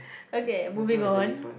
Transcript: okay moving on